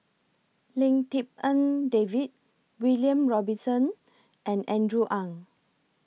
Lim Tik En David William Robinson and Andrew Ang